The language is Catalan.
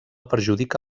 perjudica